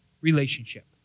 relationship